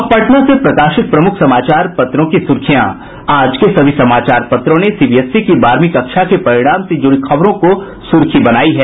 अब पटना से प्रकाशित प्रमुख समाचार पत्रों की सुर्खियां आज के सभी समाचार पत्रों ने सीबीएसई की बारहवीं कक्षा के परिणाम से जुड़ी खबरों को सुर्खी बनायी है